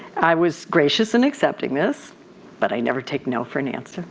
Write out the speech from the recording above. i was gracious in accepting this but i never take no for an answer.